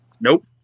Nope